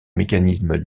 mécanisme